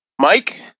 Mike